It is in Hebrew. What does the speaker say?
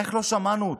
איך לא שמענו אותך?